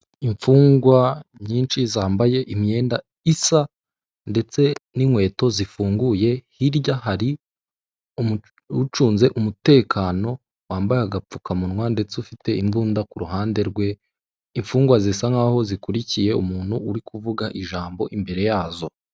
Imfungwa nyinshi zambaye imyenda isa ndetse n'inkweto zifunguye, hirya hari ucunze umutekano wambaye agapfukamunwa ndetse ufite imbunda ku ruhande rwe, imfungwa zisa nkaho zikurikiye umuntu uri kuvuga ijambo imbere yazo.